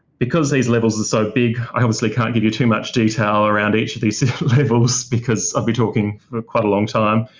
because these levels are so big, i obviously can't give you too much detail around each of these levels because i'd be talking for quite a long time.